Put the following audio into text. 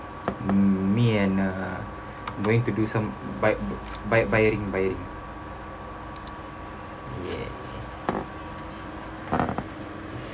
mm me and uh going to do some bi~ ya